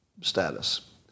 status